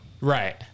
Right